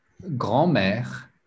grand-mère